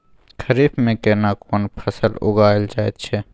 खरीफ में केना कोन फसल उगायल जायत छै?